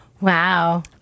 wow